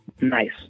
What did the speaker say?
nice